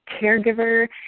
caregiver